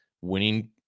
winning